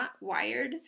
wired